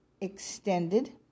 Extended